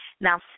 Now